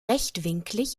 rechtwinklig